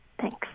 Thanks